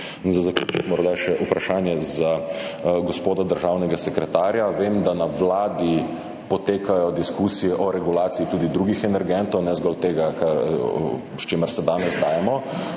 za zaključek morda še vprašanje za gospoda državnega sekretarja. Vem, da potekajo na Vladi diskusije o regulaciji tudi drugih energentov, ne zgolj tega, s katerim se danes dajemo,